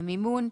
במימון,